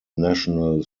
national